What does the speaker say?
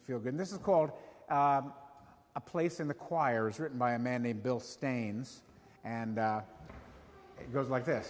you feel good this is called a place in the choir as written by a man named bill stains and it goes like th